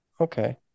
Okay